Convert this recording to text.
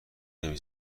نمی